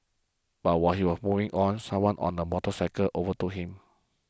but while he was moving on someone on a motorcycle overtook him